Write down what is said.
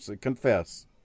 Confess